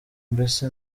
mbese